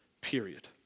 period